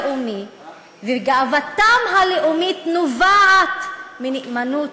להבדיל מחלק מחברי הכנסת ששיוכם הלאומי וגאוותם הלאומית נובעים מנאמנות